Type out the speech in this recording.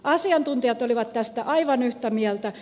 asiantuntijat olivat tästä aivan yhtä mieltä